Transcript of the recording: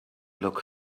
look